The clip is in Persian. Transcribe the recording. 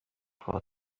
خانم